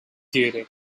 duty